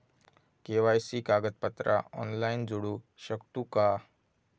KYC कागदपत्रा online जोडू शकतू का?